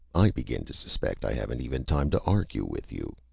i begin to suspect i haven't even time to argue with you!